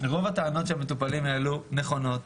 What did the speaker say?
רוב הטענות שהעלו המטופלים, נכונות.